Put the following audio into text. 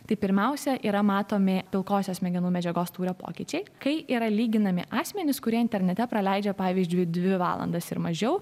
tai pirmiausia yra matomi pilkosios smegenų medžiagos tūrio pokyčiai kai yra lyginami asmenys kurie internete praleidžia pavyzdžiui dvi valandas ir mažiau